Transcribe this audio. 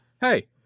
hey